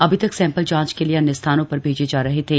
अभी तक सैंपल जांच के लिए अन्य स्थानों पर भेजे जा रहे थे